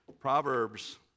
Proverbs